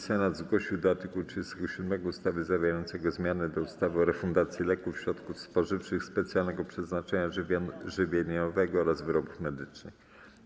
Senat zgłosił do art. 37 ustawy zawierającego zmiany do ustawy o refundacji leków, środków spożywczych specjalnego przeznaczenia żywieniowego oraz wyrobów medycznych.